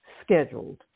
scheduled